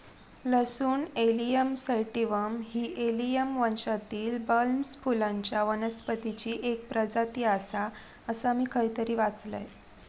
लसूण Allium sativum ही Allium वंशातील बल्बस फुलांच्या वनस्पतीची एक प्रजाती आसा, असा मी खयतरी वाचलंय